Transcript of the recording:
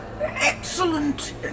excellent